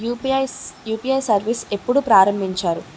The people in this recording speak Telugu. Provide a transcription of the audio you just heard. యు.పి.ఐ సర్విస్ ఎప్పుడు ప్రారంభించారు?